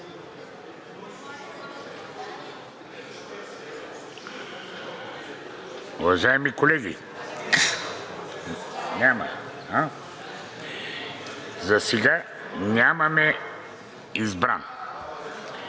Уважаеми колеги, засега нямаме избран.